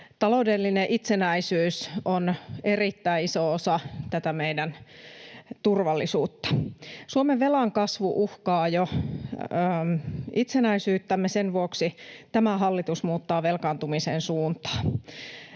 taloudellinen itsenäisyys on erittäin iso osa tätä meidän turvallisuutta. Suomen velan kasvu uhkaa jo itsenäisyyttämme, sen vuoksi tämä hallitus muuttaa velkaantumisen suuntaan.